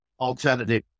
alternative